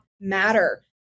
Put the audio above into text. matter